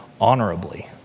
honorably